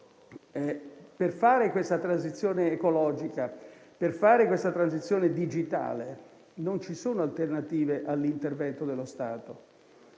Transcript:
per fare la transizione ecologica e la transizione digitale non ci sono alternative all'intervento dello Stato;